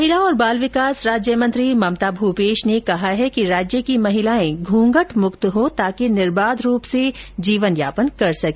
महिला और बाल विकास राज्यमंत्री ममता भूपेश ने कहा है कि राज्य की महिलाएं घूंघट मुक्त हो ताकि निर्बाध रूप से जीवन यापन कर सके